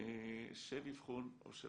של אבחון או של